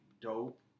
dope